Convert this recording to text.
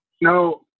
No